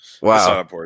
wow